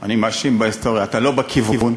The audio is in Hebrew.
ה"אני מאשים" בהיסטוריה, אתה לא בכיוון,